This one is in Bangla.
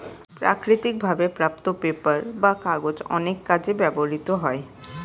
প্রাকৃতিক ভাবে প্রাপ্ত পেপার বা কাগজ অনেক কাজে ব্যবহৃত হয়